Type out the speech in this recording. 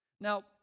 Now